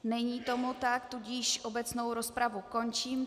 Není tomu tak, tudíž obecnou rozpravu končím.